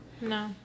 No